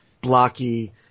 blocky